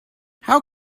how